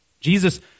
Jesus